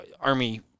Army –